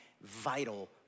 vital